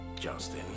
Justin